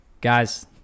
Guys